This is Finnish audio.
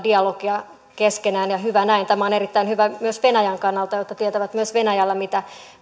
dialogia keskenään ja hyvä näin tämä on erittäin hyvä myös venäjän kannalta jotta tietävät myös venäjällä mitä